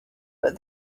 but